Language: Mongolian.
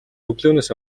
өглөөнөөс